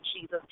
Jesus